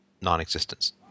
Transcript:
non-existence